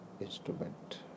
instrument